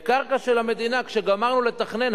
בקרקע של המדינה כשגמרנו לתכנן,